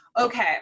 Okay